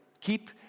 keep